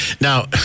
Now